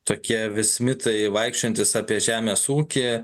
tokie vis mitai vaikščiojantys apie žemės ūkį